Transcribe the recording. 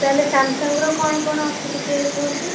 ତା'ହେଲେ ସାମସଙ୍ଗ୍ର କ'ଣ କ'ଣ ଅଛି ଟିକେ କୁହନ୍ତୁ